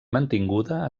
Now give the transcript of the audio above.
mantinguda